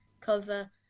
cover